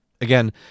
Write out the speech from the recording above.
again